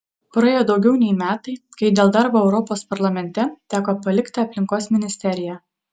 praėjo daugiau nei metai kai dėl darbo europos parlamente teko palikti aplinkos ministeriją